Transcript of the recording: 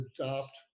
adopt